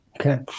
Okay